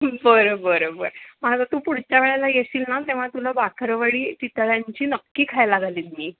बरं बरं बरं मग आता तू पुढच्या वेळेला येशील ना तेव्हा तुला बाकरवडी चितळ्यांची नक्की खायला घालीन मी